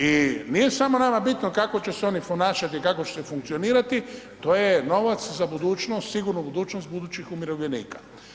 I nije samo nama bitno kako će se oni ponašati i kako će funkcionirati, to je novac za budućnost, sigurnu budućnost budućih umirovljenika.